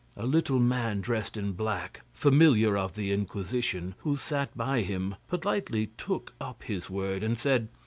a little man dressed in black, familiar of the inquisition, who sat by him, politely took up his word and said